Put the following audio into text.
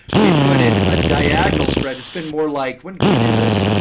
we put in a diagonal spread it's been more like when we do this?